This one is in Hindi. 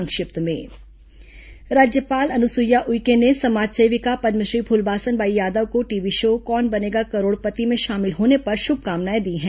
संक्षिप्त समाचार राज्यपाल अनुसुईया उइके ने समाज सेविका पदमश्री फुलबासन बाई यादव को टीवी शो कौन बनेगा करोड़पति में शामिल होने पर शुभकामनाएं दी हैं